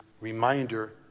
reminder